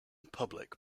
public